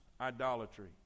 idolatry